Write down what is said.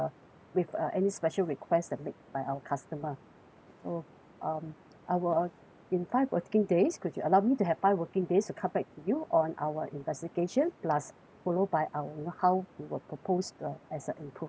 with uh any special request that made by our customer so um I will in five working days could you allow me to have five working days to come back to you on our investigation plus followed by our you know how we will propose a as a improvement